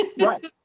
Right